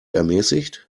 ermäßigt